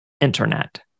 internet